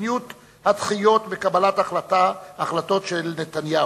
מדיניות הדחיות בקבלת ההחלטות של נתניהו,